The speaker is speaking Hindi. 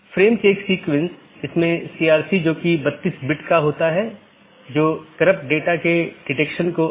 इसलिए सूचनाओं को ऑटॉनमस सिस्टमों के बीच आगे बढ़ाने का कोई रास्ता होना चाहिए और इसके लिए हम BGP को देखने की कोशिश करते हैं